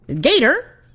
Gator